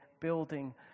building